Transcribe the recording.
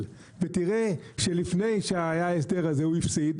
ותראה שלפני שהיה ההסדר הזה הוא הפסיד,